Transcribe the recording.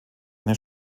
eine